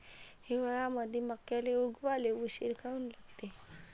हिवाळ्यामंदी मक्याले उगवाले उशीर काऊन लागते?